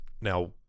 Now